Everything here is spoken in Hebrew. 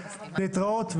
להתראות.